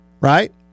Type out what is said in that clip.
Right